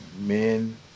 men